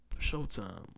Showtime